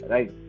Right